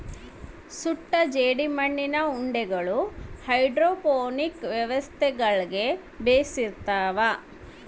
ಸುಟ್ಟ ಜೇಡಿಮಣ್ಣಿನ ಉಂಡಿಗಳು ಹೈಡ್ರೋಪೋನಿಕ್ ವ್ಯವಸ್ಥೆಗುಳ್ಗೆ ಬೆಶಿರ್ತವ